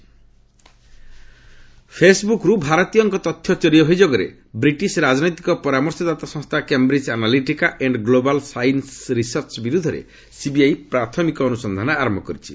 CBI Cambridge ଫେସ୍ବୁକ୍ରୁ ଭାରତୀୟଙ୍କ ତଥ୍ୟ ଚୋରି ଅଭିଯୋଗରେ ବ୍ରିଟିଶ୍ ରାଜନୈତିକ ପରାମର୍ଶଦାତା ସଂସ୍ଥା Cambridge Analytica and Global Science Research ବିରୋଧରେ ସିବିଆଇ ପ୍ରାଥମିକ ଅନୁସନ୍ଧାନ ଆରମ୍ଭ କରିଛି